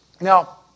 Now